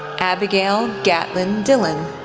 abigail gatlin dillon,